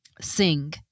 sing